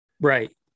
Right